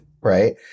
right